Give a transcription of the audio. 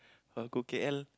[wah] go K_L